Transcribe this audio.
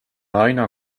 aina